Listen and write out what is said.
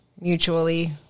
mutually